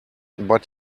but